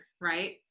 right